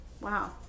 Wow